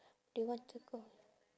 they want to go